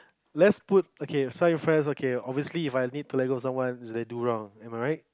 let's put okay some your friends okay obviously If I need to let go of someone is they do wrong am I right